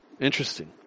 Interesting